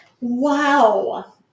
Wow